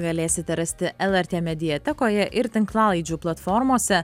galėsite rasti lrt mediatekoje ir tinklalaidžių platformose